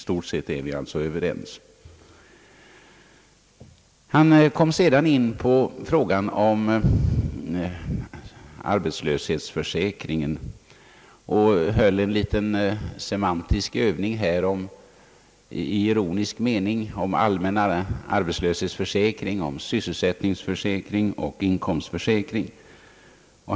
Herr Geijer kom sedan in på frågan om arbetslöshetsförsäkringen och höll en liten semantisk övning i ironisk mening om allmän arbetslöshetsförsäkring, om sysselsättningsförsäkring och om inkomstförsäkring.